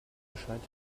bescheid